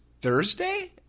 Thursday